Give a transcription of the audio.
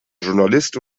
journalist